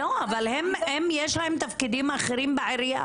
לא, אבל יש להן תפקידים אחרים בעירייה.